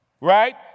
right